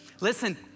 Listen